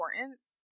importance